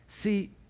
See